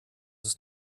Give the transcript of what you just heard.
ist